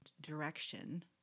direction